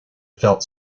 felt